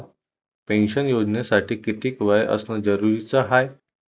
Pension योजनेसाठी कितीक वय असनं जरुरीच हाय?